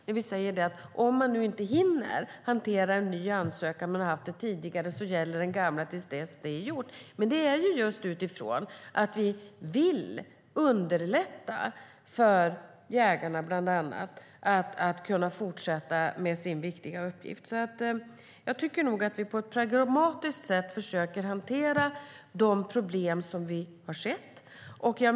Där säger vi att om man inte hinner hantera en ny ansökan för den som har haft en licens tidigare gäller den gamla tills det är gjort. Detta görs utifrån att vi vill underlätta för bland andra jägarna att kunna fortsätta med sin viktiga uppgift. Vi försöker alltså på ett pragmatiskt sätt hantera de problem som vi har sett.